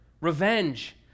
revenge